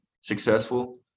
successful